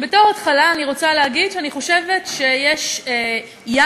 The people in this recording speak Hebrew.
בתור התחלה אני רוצה להגיד שאני חושבת שיש יעד